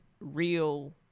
real